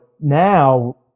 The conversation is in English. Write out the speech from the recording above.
now